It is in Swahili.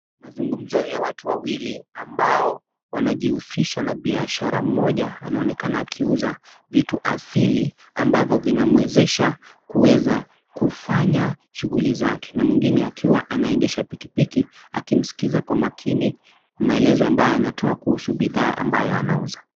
Mazungumzo ya watu wawili ambao wanajihusisha na biashara, mmoja anaonekana akiuza vitu asili ambavyo vinamwezesha kuweza kufanya shughuli zake na mwingine akiwa anaendesha pikipiki akimskiza kwa makini maelezo ambayo anatoa kuhusu bidhaa ambayo anauza.